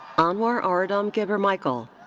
anwar aradom gebremichael.